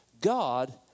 God